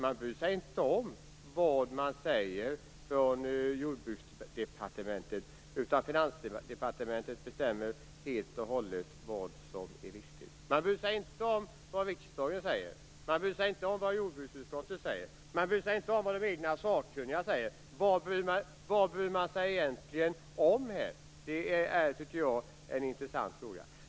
Man bryr sig inte om vad Jordbruksdepartementet säger. Man bryr sig inte om vad riksdagen säger. Man bryr sig inte om vad jordbruksutskottet säger. Man bryr sig inte om vad de egna sakkunniga säger. Vad bryr man sig egentligen om? Det är en intressant fråga.